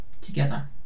together